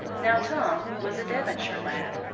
now tom was a devonshire lad,